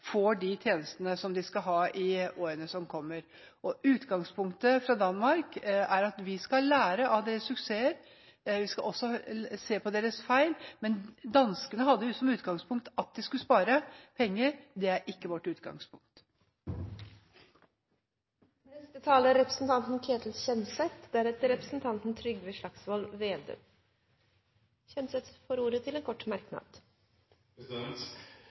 får de tjenestene som de skal ha i årene som kommer. Utgangspunktet fra Danmark er at vi skal lære av deres suksesser. Vi skal også se på deres feil, men danskene hadde som utgangspunkt at de skulle spare penger – det er ikke vårt utgangspunkt. Representanten Ketil Kjenseth har hatt ordet to ganger tidligere og får ordet til en kort